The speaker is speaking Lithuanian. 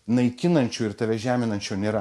naikinančio ir tave žeminančio nėra